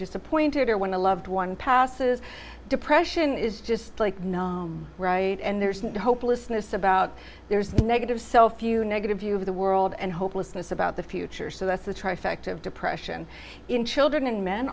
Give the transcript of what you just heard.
disappointed or when a loved one passes depression is just like no right and there's no hopelessness about there's negative so few negative view of the world and hopelessness about the future so that's the trifecta of depression in children and men